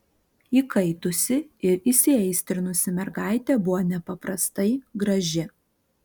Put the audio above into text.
įkaitusi ir įsiaistrinusi mergaitė buvo nepaprastai graži